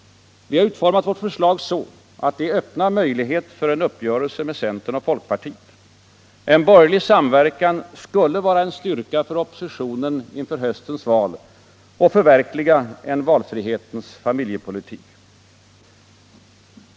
Vi har utformat våra förslag så, att de öppnar möjlighet för en uppgörelse med centern och folkpartiet. En borgerlig samverkan skulle vara en styrka för oppositionen inför höstens val och möjliggöra en valfrihetens familjepolitik.